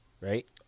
Right